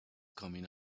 coming